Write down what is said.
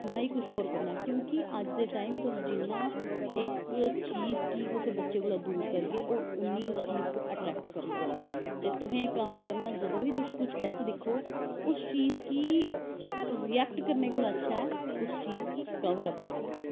नां कुश होर करनां कि अज्ज अज्ज दे टैम जिन्ना तुस कुसे चीज कोला दा दूर करगे ओह् उन्नी उस चीज़ गी अट्रैक्ट करगा ते तुसें इक कम्म करनां तुस जदूं बी कुश गल्त दिक्खो उस चीज़ गी रिऐक्ट करनें कोला दा अच्छा ऐ उस चीज़ गी कवरअप करो